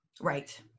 Right